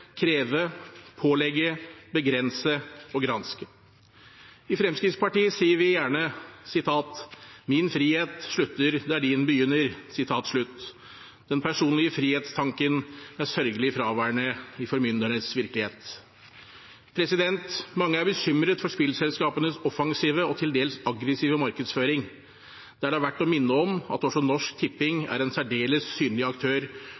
og «granske». I Fremskrittspartiet sier vi gjerne: «Min frihet slutter der din begynner.» Den personlige frihetstanken er sørgelig fraværende i formyndernes virkelighet. Mange er bekymret for spillselskapenes offensive og til dels aggressive markedsføring, der det er verdt å minne om at også Norsk Tipping er en særdeles synlig aktør